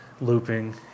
looping